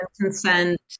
consent